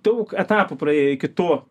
daug etapų praėjo iki to